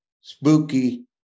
spooky